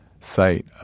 sight